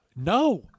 No